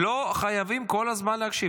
לא חייבים כל הזמן להשיב.